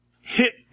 hit